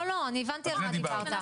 לא, אני הבנתי על מה דיברת,